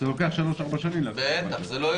אני הולך לתעדף, חד-וחלק, זה המצב.